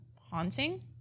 haunting